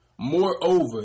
Moreover